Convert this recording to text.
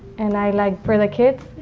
and i like for the kids,